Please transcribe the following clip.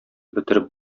бетереп